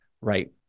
right